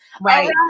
Right